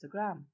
Instagram